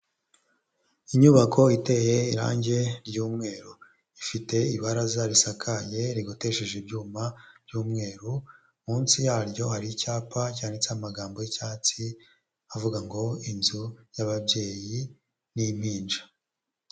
Inyubako iteye irangi ry'umweru, ifite ibaraza risakaye rigotesheje ibyuma by'umweru, munsi ya ryo hari icyapa cyanditse amagambo y'icyatsi avuga ngo: inzu y'ababyeyi n'impinja.